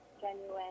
genuine